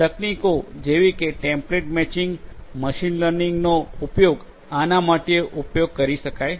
તકનીકો જેવી કે ટેમ્પલેટ મેચિંગ મશીન લર્નિંગ નો ઉપયોગ આના માટે ઉપયોગ કરી શકાય છે